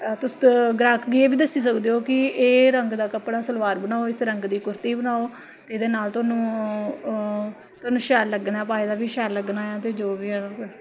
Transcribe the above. तुस गाह्क गी एह् बी दस्सी सकदे ओ कि एह् एह् रंग दा कपड़ा सलवार बनाओ इस रंग दी कुर्ती बनाओ एह्दे नाल तोआनू तोआनू शैल लग्गना ऐ पाए दा बी शैल लग्गना ऐ ते जो बी ऐ तोआड़े कोल